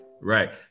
right